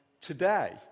today